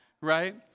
right